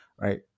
right